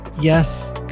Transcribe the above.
Yes